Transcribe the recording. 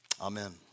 amen